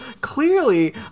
clearly